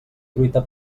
truita